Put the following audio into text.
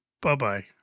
Bye-bye